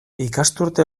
ikasturte